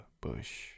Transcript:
bush